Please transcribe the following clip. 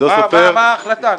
מה ההחלטה?